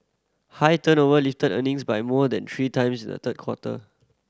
high turnover lifted earnings by more than three times in the third quarter